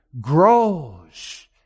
grows